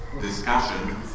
discussion